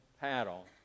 paddle